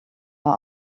are